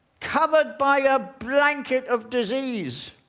covered by a blanket of disease.